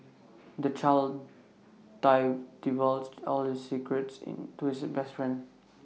the child divulged all his secrets to his best friend